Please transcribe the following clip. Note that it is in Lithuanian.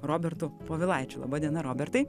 robertu povilaičiu laba diena robertai